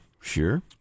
sure